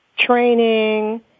Training